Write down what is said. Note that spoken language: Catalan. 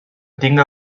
tinga